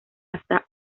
hasta